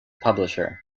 publisher